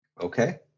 Okay